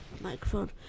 microphone